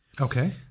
Okay